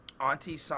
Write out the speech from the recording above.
auntie